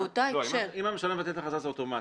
לא, אם הממשלה מבטלת את ההכרזה, זה אוטומטית.